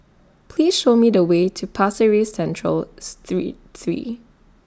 Please Show Me The Way to Pasir Ris Central Street three